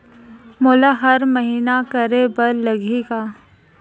मोला हर महीना करे बर लगही का?